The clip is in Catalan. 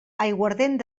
aiguardent